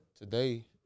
Today